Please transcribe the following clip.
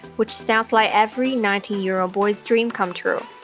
which sounds like every nineteen year old boy's dream come true.